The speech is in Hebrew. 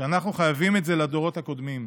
שאנחנו חייבים את זה לדורות הקודמים,